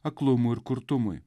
aklumui ir kurtumui